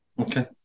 Okay